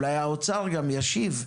אולי האוצר גם ישיב?